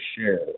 share